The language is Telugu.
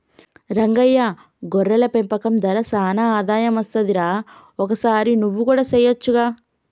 రంగయ్య గొర్రెల పెంపకం దార సానా ఆదాయం అస్తది రా ఒకసారి నువ్వు కూడా సెయొచ్చుగా